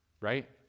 right